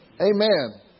Amen